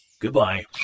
Goodbye